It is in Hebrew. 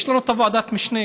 יש לנו את ועדת המשנה,